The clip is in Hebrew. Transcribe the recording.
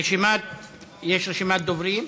יש רשימת דוברים: